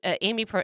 Amy